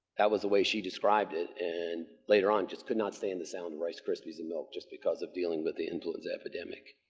that was the way she described it and later on just could not stand the sound of rice krispies and milk just because of dealing with the influenza epidemic,